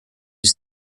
his